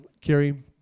Kerry